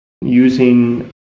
using